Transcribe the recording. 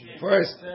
First